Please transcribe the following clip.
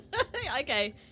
Okay